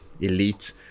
elite